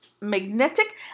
magnetic